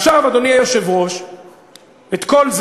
ועכשיו,